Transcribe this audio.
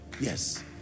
Yes